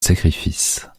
sacrifices